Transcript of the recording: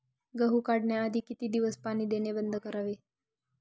गहू काढण्याआधी किती दिवस पाणी देणे बंद करावे?